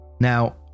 Now